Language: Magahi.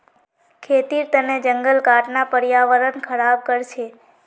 खेतीर तने जंगल काटना पर्यावरण ख़राब कर छे